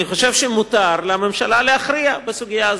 אני חושב שמותר לממשלה להכריע בסוגיה הזאת.